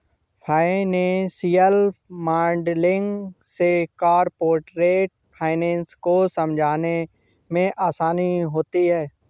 financial modelling से corporate finance को समझने में आसानी होती है